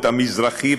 את המזרחי,